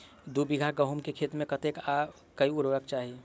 दु बीघा गहूम केँ खेत मे कतेक आ केँ उर्वरक देबाक चाहि?